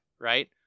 right